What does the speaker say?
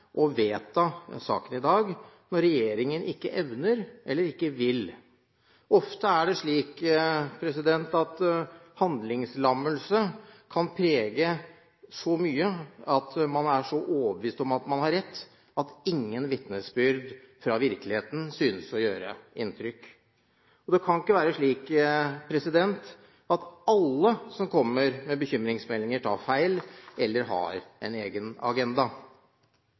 å behandle og vedta saken i dag, når regjeringen ikke evner eller ikke vil. Ofte er det slik at handlingslammelse kan prege dem som er så overbevist om at de har rett, så mye at ingen vitnesbyrd fra virkeligheten synes å gjøre inntrykk. Det kan ikke være slik at alle som kommer med bekymringsmeldinger, tar feil eller har en egen agenda,